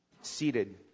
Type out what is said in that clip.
seated